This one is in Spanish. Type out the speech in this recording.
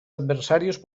adversarios